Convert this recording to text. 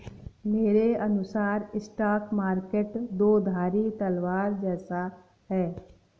मेरे अनुसार stock market दो धारी तलवार जैसा है